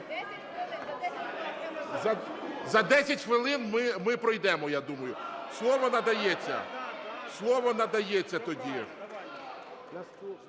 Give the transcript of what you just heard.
За 10 хвилин ми пройдемо, я думаю. Слово надається, слово надається тоді…